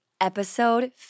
episode